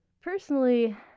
personally